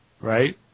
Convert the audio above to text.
right